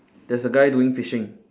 there's a guy doing fishing